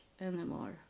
anymore